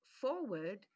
forward